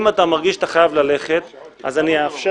אם אתה מרגיש שאתה חייב ללכת, אז אני אאפשר,